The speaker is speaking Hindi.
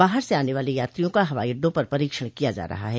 बाहर से आने वाले यात्रियों का हवाई अड्डों पर परीक्षण किया जा रहा है